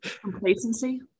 Complacency